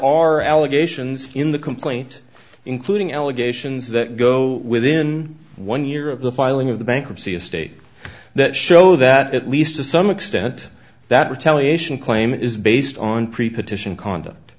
are allegations in the complaint including allegations that go within one year of the filing of the bankruptcy estate that show that at least to some extent that retaliation claim is based on precondition conduct